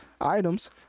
items